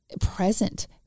present